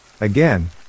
Again